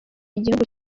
igihugu